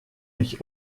nicht